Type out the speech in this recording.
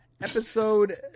episode